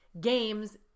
games